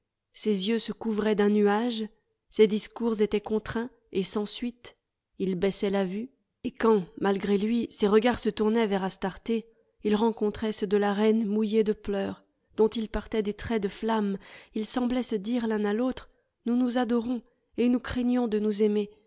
ses yeux se couvraient d'un nuage ses discours étaient contraints et sans suite il baissait la vue et quand malgré lui ses regards se tournaient vers astarté ils rencontraient ceux de la reine mouillés de pleurs dont il partait des traits de flamme ils semblaient se dire l'un à l'autre nous nous adorons et nous craignons de nous aimer